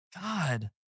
God